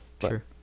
Sure